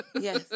Yes